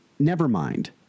Nevermind